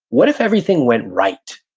what if everything went right?